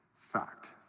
fact